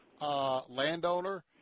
landowner